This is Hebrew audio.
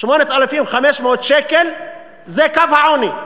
8,500 שקל זה קו העוני.